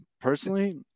personally